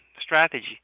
strategy